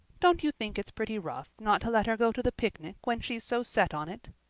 don't you think it's pretty rough not to let her go to the picnic when she's so set on it?